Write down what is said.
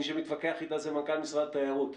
מי שמתווכח איתה זה מנכ"ל משרד התיירות.